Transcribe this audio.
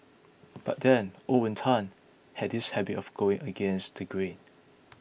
but then Owen Tan has this habit of going against the grain